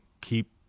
Keep